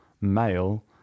male